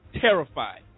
terrified